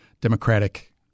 Democratic